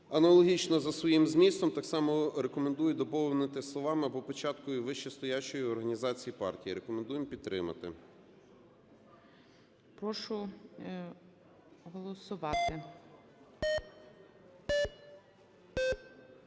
Аналогічна за своїм змістом, так само рекомендує доповнити словами "(або печаткою вище стоячої організації партії)". Рекомендуємо підтримати.